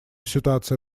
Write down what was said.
ситуация